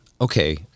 okay